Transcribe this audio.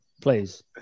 please